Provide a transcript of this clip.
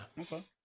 Okay